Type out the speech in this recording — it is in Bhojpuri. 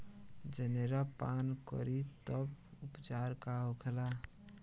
जनेरा पान करी तब उपचार का होखेला?